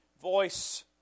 voice